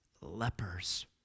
lepers